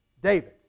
David